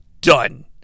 done